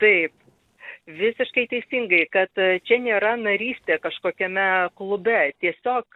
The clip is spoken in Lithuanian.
taip visiškai teisingai kad čia nėra narystė kažkokiame klube tiesiog